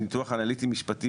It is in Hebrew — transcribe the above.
בניתוח אנליטי משפטי,